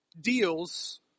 deals